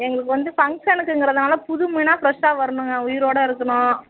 எங்களுக்கு வந்து ஃபங்க்ஷனுக்குங்கிறதனால புது மீனாக ஃப்ரெஷ்ஷாக வரணுங்க உயிரோடு இருக்கணும்